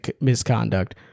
misconduct